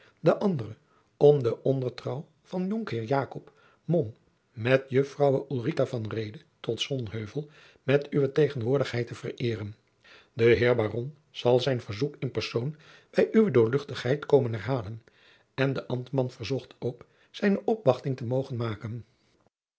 de andere om den ondertrouw van jonkheer jacob mom met jonkvrouwe ulrica van reede tot sonheuvel met uwe tegenwoordigheid te vereeren de heer baron zal zijn verzoek in persoon bij uwe doorl komen herhalen en de ambtman verzocht ook zijne opwachting te mogen maken